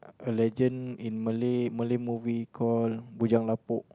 a legend in Malay Malay movie called Bujang-Lapok